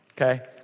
Okay